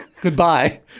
Goodbye